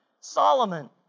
Solomon